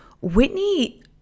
Whitney